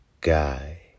guy